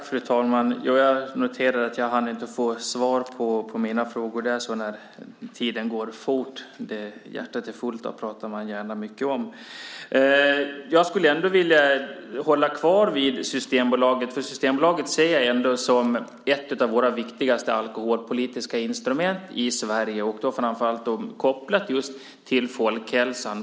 Fru talman! Jag noterar att jag inte hann få svar på mina frågor. Det är så när tiden går fort. Av det hjärtat är fullt pratar man gärna mycket om. Jag skulle ändå vilja hålla mig kvar vid Systembolaget, för Systembolaget ser jag som ett av våra viktigaste alkoholpolitiska instrument i Sverige, framför allt då kopplat till just folkhälsan.